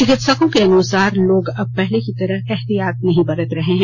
चिकित्सकों के अनुसार लोग अब पहले की तरह एहतियात नहीं बरत रहे हैं